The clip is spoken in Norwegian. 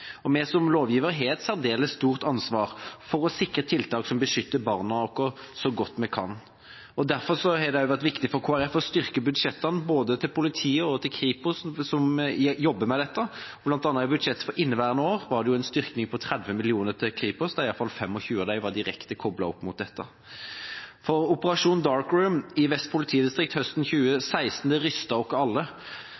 nettet. Vi som lovgivere har et særdeles stort ansvar for å sikre tiltak som beskytter barna våre så godt vi kan. Derfor har det vært viktig for Kristelig Folkeparti å styrke budsjettene til både politiet og Kripos, som jobber med dette. Blant annet i budsjettet for inneværende år var det en styrking på 30 mill. kr til Kripos, der i hvert fall 25 mill. kr av de pengene var direkte koblet opp mot dette. Operasjon «Dark Room» i Vest politidistrikt høsten